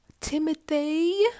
Timothy